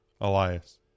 Elias